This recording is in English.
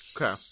Okay